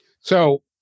So-